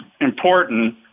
important